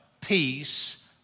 Peace